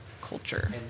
culture